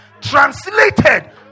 translated